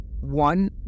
one